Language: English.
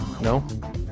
No